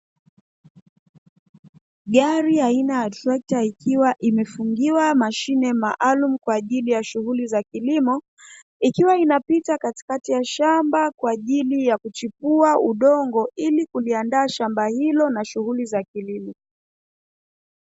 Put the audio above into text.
Gari aina ya trekta ikiwa imefungiwa mashine maalumu kwa ajili ya shughuli za kilimo, ikiwa inapita katikati ya shamba kwa ajili ya kuchipua udongo, ili kuliandaa shamba hilo na shughuli za kilimo.